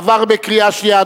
עברה בקריאה שנייה.